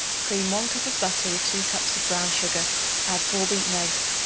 cream one cup of butter with two cups of brown sugar add four beaten eggs,